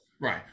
Right